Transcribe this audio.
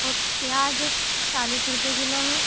اور پیاز چالیس روپئے کلو ہیں